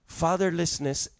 fatherlessness